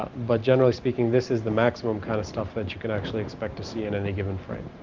but generally speaking this is the maximum kind of stuff but you can actually expect to see in any given frame